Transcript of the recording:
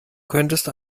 könntest